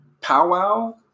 powwow